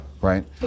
Right